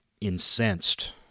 incensed